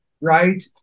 right